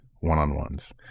One-on-ones